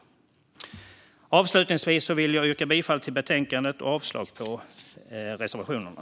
Avslutningsvis yrkar jag bifall till utskottets förslag och avslag på reservationerna.